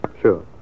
Sure